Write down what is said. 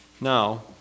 now